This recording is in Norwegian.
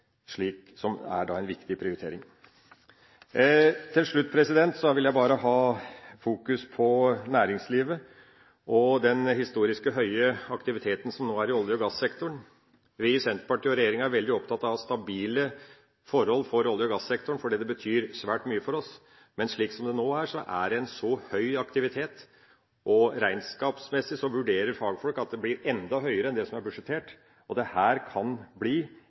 slik at prosjektene blir tatt inn i konsekvensjustert budsjett. Dermed får en større mulighet til å få det realisert, med tanke på en satsing på å videreutvikle velferdsordningene, noe som er en viktig prioritering. Så vil jeg fokusere på næringslivet og den historisk høye aktiviteten som nå er i olje- og gassektoren. Vi i Senterpartiet og regjeringa er veldig opptatt av stabile forhold for olje- og gassektoren, fordi det betyr svært mye for oss. Men slik som det nå er, er det en høy aktivitet, og regnskapsmessig vurderer fagfolk at det blir enda høyere enn det